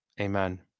Amen